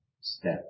step